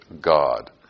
God